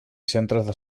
centres